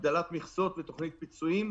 הגדלת מכסות ותוכנית פיצויים.